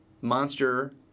Monster